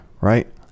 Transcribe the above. right